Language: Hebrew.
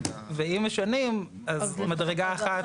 ואם משנים אז מדרגה אחת.